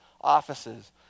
offices